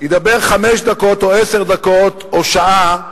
ידבר חמש דקות או עשר דקות או שעה,